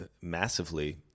massively